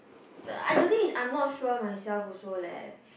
the I the thing is I'm not sure myself also leh